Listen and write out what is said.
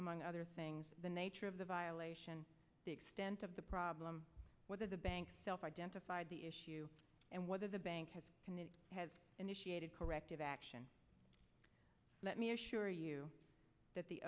among other things the nature of the violation the extent of the problem whether the bank self identified the issue and whether the bank has an it has initiated corrective action let me assure you that the